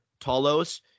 Talos